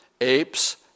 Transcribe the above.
apes